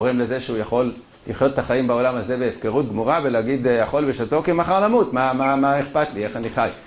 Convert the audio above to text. ... לזה שהוא יכול לחיות את החיים בעולם הזה בהפקרות גמורה, ולהגיד אכול ושתו כי מחר נמות, מה אכפת לי, איך אני חי.